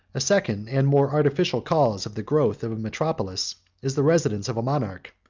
a second and more artificial cause of the growth of a metropolis is the residence of a monarch,